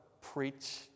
preach